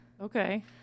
Okay